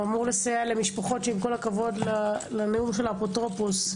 אמור לסייע למשפחות שעם כל הכבוד לנאום של האפוטרופוס,